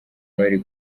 bari